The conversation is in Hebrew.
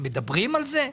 מדברים על זה,